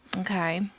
Okay